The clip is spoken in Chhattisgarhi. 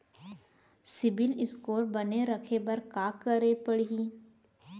सिबील स्कोर बने रखे बर का करे पड़ही?